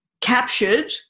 captured